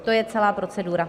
To je celá procedura.